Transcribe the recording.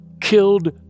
killed